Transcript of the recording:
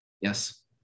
Yes